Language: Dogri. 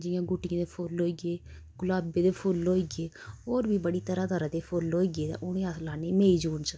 जियां गुटिटये दे फुल्ल होई गे गुलाबै दे फुल्ल होई गे होर बी बड़ी तरह तरह दे फुल्ल होई गे ते उनें अस लान्ने मेई जून च